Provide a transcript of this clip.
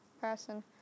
person